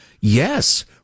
Yes